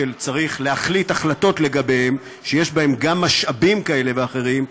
כשצריך החלטות לגביהם שיש בהן גם משאבים כאלה ואחרים,